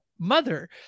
mother